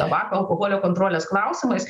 tabako alkoholio kontrolės klausimais